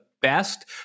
best